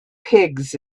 pigs